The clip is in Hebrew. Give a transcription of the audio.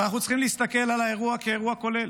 אבל אנחנו צריכים להסתכל על האירוע כאירוע כולל.